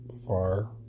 far